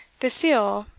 the seal,